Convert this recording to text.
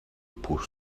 pour